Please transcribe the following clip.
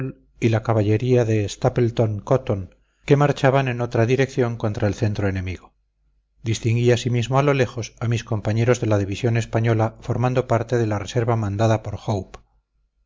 y la caballería de stapleton cotton que marchaban en otra dirección contra el centro enemigo distinguí asimismo a lo lejos a mis compañeros de la división española formando parte de la reserva mandada por